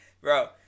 Bro